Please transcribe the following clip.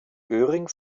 göring